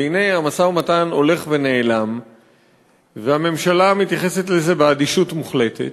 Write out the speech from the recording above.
והנה המשא-ומתן הולך ונעלם והממשלה מתייחסת לזה באדישות מוחלטת.